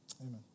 Amen